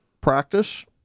practice